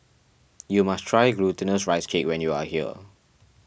you must try Glutinous Rice Cake when you are here